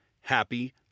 Happy